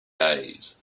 days